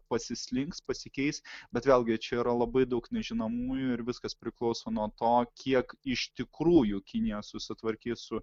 pasislinks pasikeis bet vėlgi čia yra labai daug nežinomųjų ir viskas priklauso nuo to kiek iš tikrųjų kinija susitvarkys su